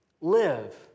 live